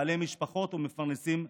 בעלי משפחות ומפרנסים בכבוד.